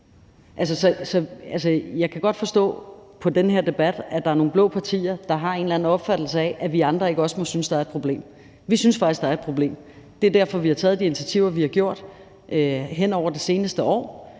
Jeg kan godt forstå på den her debat, at der er nogle blå partier, der har en eller anden opfattelse af, at vi andre ikke også må synes, der er et problem. Vi synes faktisk, der er et problem. Det er derfor, vi har taget de initiativer, vi har taget hen over det seneste år,